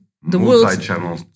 Multi-channel